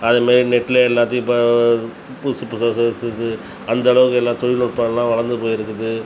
அதுமாதிரி நெட்லேயே எல்லாத்தையும் இப்போ புதுசு புதுசாசு அந்தளவுக்கு எல்லாம் தொழில்நுட்பம் எல்லாம் வளர்ந்து போயிருக்குது